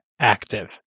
active